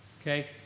okay